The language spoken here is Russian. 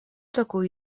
такую